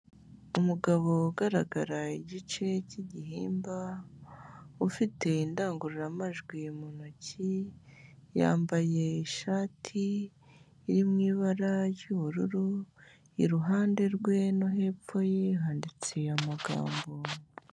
Umugabo ugaragara igice cy'igihimba ufite indangururamajwi mu ntoki, yambaye ishati iri mu ibara ry'ubururu, iruhande rwe no hepfo ye handitse amagambo.